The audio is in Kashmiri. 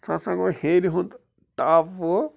سُہ سا گوٚو ہیٚرِ ہُنٛد ٹاپ پوو